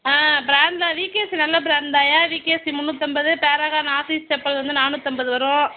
ஆ ப்ராண்ட்டில் விகேசி நல்ல ப்ராண்ட்தான்ய்யா விகேசி முந்நூற்றம்பது பேரகான் ஆஃபிஸ் செப்பல் வந்து நானூற்றம்பது வரும்